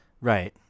Right